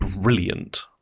brilliant